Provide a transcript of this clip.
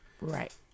Right